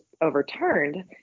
overturned